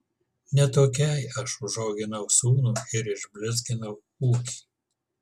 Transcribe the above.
ne tokiai aš užauginau sūnų ir išblizginau ūkį